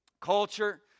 Culture